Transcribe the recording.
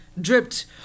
dripped